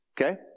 Okay